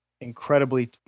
incredibly